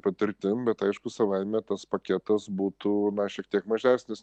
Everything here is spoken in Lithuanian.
patirtim bet aišku savaime tas paketas būtų na šiek tiek mažesnis